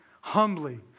humbly